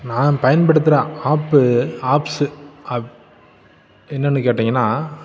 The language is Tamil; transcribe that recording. நான் பயன்படுத்துகிற ஆப்பு ஆப்ஸு ஆப் என்னென்னு கேட்டீங்கன்னால்